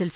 L